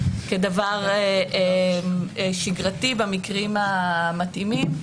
אז איך בכלל מבינים מה זו ידיעה?